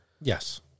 Yes